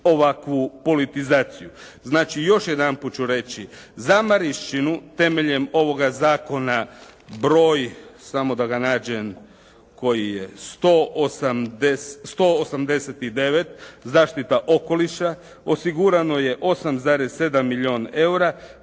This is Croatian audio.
ovakvu politizaciju. Znači, još jedanput ću reći. Za Marišćinu temeljem ovoga zakona broj samo da ga nađem koji je 189. zaštita okoliša osigurano je 8,7 milijun eura.